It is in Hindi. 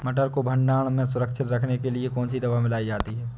मटर को भंडारण में सुरक्षित रखने के लिए कौन सी दवा मिलाई जाती है?